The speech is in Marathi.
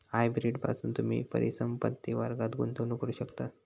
हायब्रीड पासून तुम्ही परिसंपत्ति वर्गात गुंतवणूक करू शकतास